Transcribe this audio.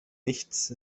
nichts